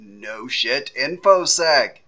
noshitinfosec